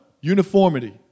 uniformity